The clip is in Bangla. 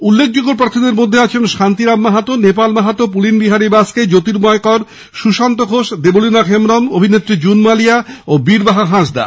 উল্লেখযোগ্য প্রার্থীদের মধ্যে আছেন শান্তিরাম মাহাতো নেপাল মাহাতো পুলিন বিহারী বাস্কে জ্যোতির্ময় কর সুশান্ত ঘোষ দেবলীনা হেমব্রম অভিনেত্রী জুন মালিয়া ও বীরবাহা হাঁসদা